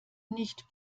nicht